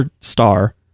star